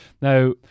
Now